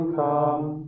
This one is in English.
come